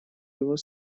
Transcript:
его